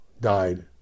died